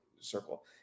circle